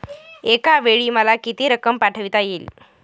एकावेळी मला किती रक्कम पाठविता येईल?